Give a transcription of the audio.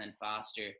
faster